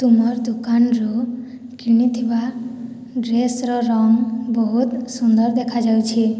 ତୁମର୍ ଦୁକାନ୍ରୁ କିଣିଥିବା ଡ୍ରେସ୍ର ରଙ୍ଗ୍ ବହୁତ୍ ସୁନ୍ଦର୍ ଦେଖାଯାଉଛେ